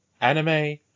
anime